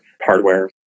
hardware